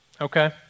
Okay